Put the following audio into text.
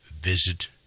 Visit